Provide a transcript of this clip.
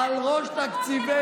גם על ראש תקציבנו.